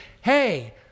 hey